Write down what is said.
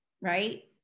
right